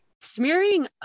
smearing